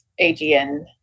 AGN